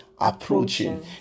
approaching